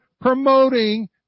promoting